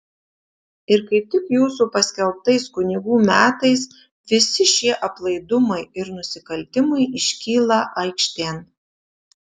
ir kaip tik jūsų paskelbtais kunigų metais visi šie aplaidumai ir nusikaltimai iškyla aikštėn